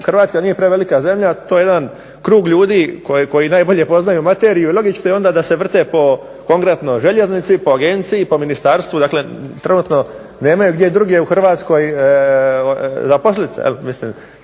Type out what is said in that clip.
Hrvatska nije prevelika zemlja, to je jedan krug ljudi koji najbolje poznaju materiju i logično je onda da se vrte po konkretno željeznici, po agenciji, po ministarstvu. Dakle, trenutno nemaju gdje drugdje u Hrvatskoj zaposlit